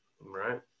Right